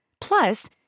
Plus